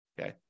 Okay